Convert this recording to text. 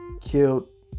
killed